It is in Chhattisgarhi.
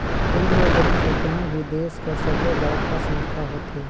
केंद्रीय बेंक हर कोनो भी देस कर सबले बड़खा संस्था होथे